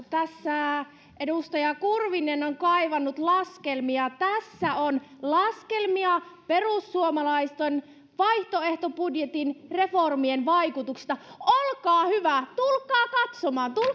tässä edustaja kurvinen on kaivannut laskelmia tässä on laskelmia perussuomalaisten vaihtoehtobudjetin reformien vaikutuksesta olkaa hyvä tulkaa katsomaan tulkaa